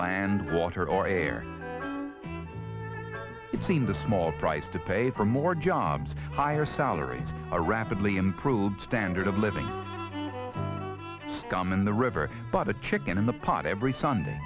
land water or air it seemed a small price to pay for more jobs higher salaries a rapidly improved standard of living scum in the river but a chicken in the pot every sunday